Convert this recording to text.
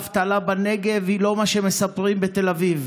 האבטלה בנגב היא לא מה שמספרים בתל אביב.